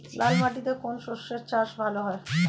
লাল মাটিতে কোন কোন শস্যের চাষ ভালো হয়?